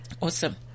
Awesome